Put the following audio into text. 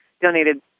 donated